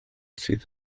sydd